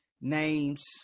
names